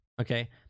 okay